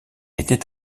était